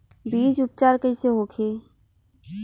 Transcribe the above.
बीज उपचार कइसे होखे?